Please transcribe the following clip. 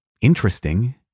interesting